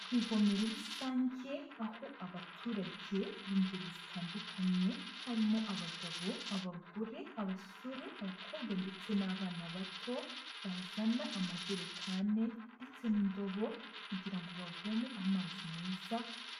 Ku ivomero rusange aho abaturage b'ingeri zitandukanye harimo abagabo, abagore, abasore, abakobwa ndetse n'abana bato bazana amajerekani ndetse n'indobo kugirango bavome amazi meza